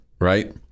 right